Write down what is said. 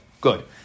Good